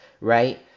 right